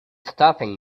stopping